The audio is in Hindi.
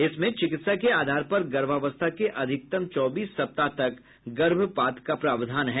इसमें चिकित्सा के आधार पर गर्भावस्था के अधिकतम चौबीस सप्ताह तक गर्भपात का प्रावधान है